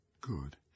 Good